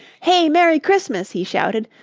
hey, merry christmas, he shouted.